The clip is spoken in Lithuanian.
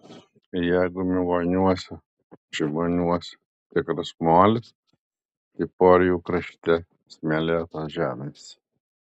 jeigu migoniuose šimoniuose tikras molis tai porijų krašte smėlėtos žemės